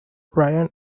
ryan